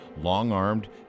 long-armed